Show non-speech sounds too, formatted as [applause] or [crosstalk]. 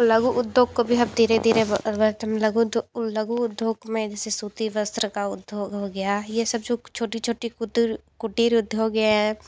लघु उद्योग को भी हम धीरे धीरे [unintelligible] लघु उद्योग में जैसे सूती वस्त्र का उद्योग हो गया यह सब जो छोटी छोटी कुटीर उद्योग हो गया है